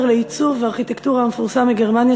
לעיצוב וארכיטקטורה המפורסם מגרמניה,